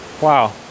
Wow